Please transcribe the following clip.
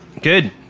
Good